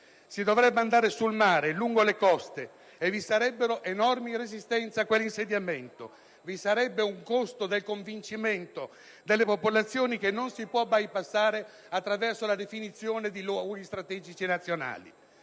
Si dovrebbe andare sul mare, lungo le coste, e vi sarebbero enormi resistenze a quell'insediamento e un grande costo nel convincimento delle popolazioni, che non si può bypassare attraverso la definizione di "area di interesse strategico nazionale".